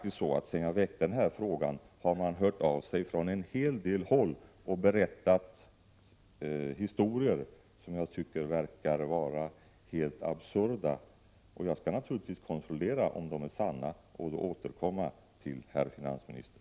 Sedan jag väckte denna fråga har människor hört av sig från flera håll och berättat historier som verkar vara helt absurda. Jag skall naturligtvis kontrollera om de är sanna och då återkomma till herr finansministern.